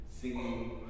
singing